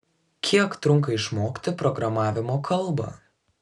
kiek trunka išmokti programavimo kalbą